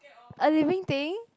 a living thing